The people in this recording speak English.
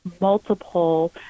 multiple